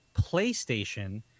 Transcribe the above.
PlayStation